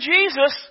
Jesus